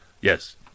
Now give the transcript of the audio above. Yes